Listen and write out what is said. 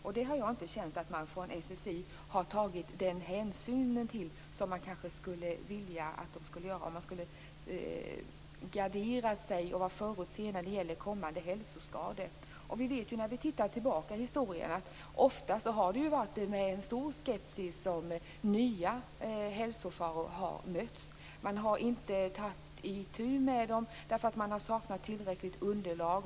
Jag har inte känt att man från SSI har tagit den hänsynen till detta som man kanske skulle vilja att man där skulle göra. Man bör gardera sig och vara förutseende när det gäller kommande hälsoskador. Vi vet när vi tittar tillbaka i historien att nya hälsofaror ofta har mötts med stor skepsis. Man har inte tagit itu med dem därför att man har saknat tillräckligt underlag.